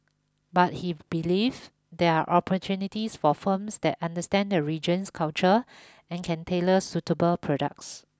but he believes there are opportunities for firms that understand the region's culture and can tailor suitable products